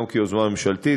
גם כיוזמה ממשלתית,